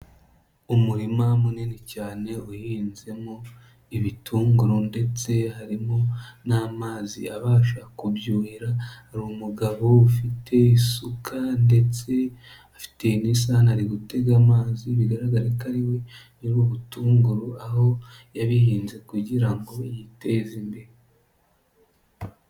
Umurima munini cyane uhinzemo ibitunguru ndetse harimo n'amazi abasha kubyuhira, hari umugabo ufite isuka ndetse afite n'isahani ari gutega amazi bigaragara ko ariwe nyiri butunguru, aho yabihinze kugira ngo yiteze imbere.